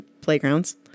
playgrounds